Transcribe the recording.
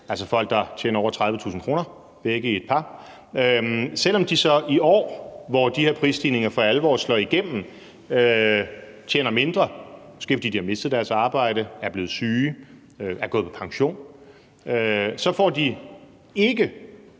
begge i et par tjener over 30.000 kr., selv om de så i år, hvor de her prisstigninger for alvor slår igennem, tjener mindre, måske fordi de har mistet deres arbejde, er blevet syge eller er gået på pension, ikke får den